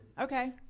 Okay